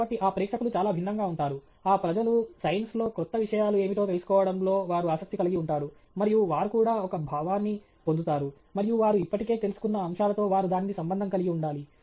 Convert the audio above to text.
కాబట్టి ఆ ప్రేక్షకులు చాలా భిన్నంగా ఉంటారు ఆ ప్రజలు సైన్స్లో క్రొత్త విషయాలు ఏమిటో తెలుసుకోవడంలో వారు ఆసక్తి కలిగి ఉంటారు మరియు వారు కూడా ఒక భావాన్ని పొందుతారు మరియు వారు ఇప్పటికే తెలుసుకున్న అంశాలతో వారు దానిని సంబంధం కలిగి ఉండాలి